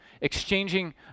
exchanging